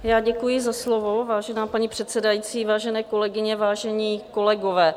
Já děkuji za slovo, vážená paní předsedající, vážené kolegyně, vážení kolegové.